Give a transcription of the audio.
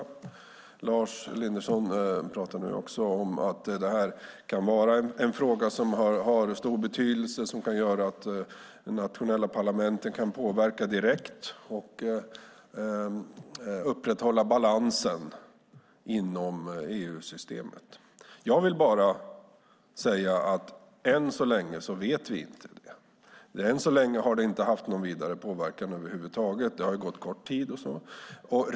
Också Lars Elinderson pratar nu om att detta kan vara en fråga som har stor betydelse och som kan göra att de nationella parlamenten kan påverka direkt och upprätthålla balansen inom EU-systemet. Jag vill bara säga att än så länge vet vi inte det. Än så länge har det inte haft någon vidare påverkan över huvud taget. Det har gått kort tid och så vidare.